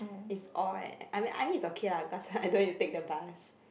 it's odd I mean I mean is okay lah because I don't need to take the bus